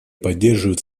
поддерживает